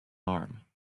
arm